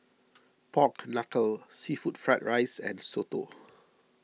Pork Knuckle Seafood Fried Rice and Soto